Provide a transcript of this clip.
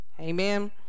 Amen